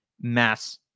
mass